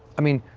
i mean,